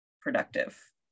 productive